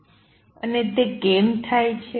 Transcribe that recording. અને તે કેમ થાય છે